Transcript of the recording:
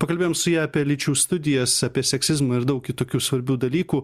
pakalbėjom su ja apie lyčių studijas apie seksizmą ir daug kitokių svarbių dalykų